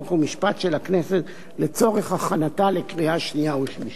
חוק ומשפט של הכנסת לצורך הכנתה לקריאה שנייה ושלישית.